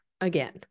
again